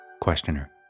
Questioner